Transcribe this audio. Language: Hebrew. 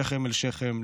שכם אל שכם,